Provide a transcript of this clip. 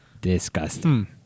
Disgusting